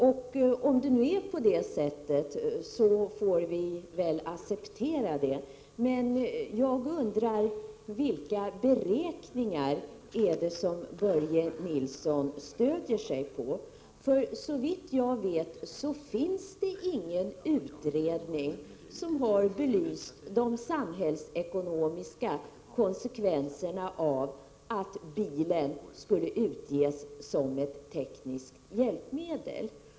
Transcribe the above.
Om det nu är på det sättet, får vi väl acceptera det, men jag undrar vilka beräkningar Börje Nilsson stöder sig på. Såvitt jag vet, finns det ingen utredning som har belyst de samhällsekonomiska konsekvenserna av att godkänna bilen som tekniskt hjälpmedel.